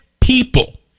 people